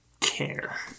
care